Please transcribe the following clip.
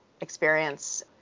experience